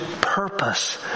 purpose